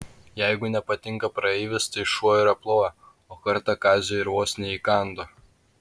jeigu nepatinka praeivis tai šuo ir aploja o kartą kaziui ir vos neįkando